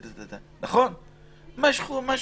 /אל תיסעו/כן תיסעו וכו'?